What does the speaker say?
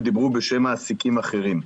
ודיברו בשם מעסיקים אחרים.